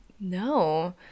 No